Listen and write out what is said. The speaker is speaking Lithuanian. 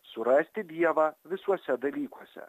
surasti dievą visuose dalykuose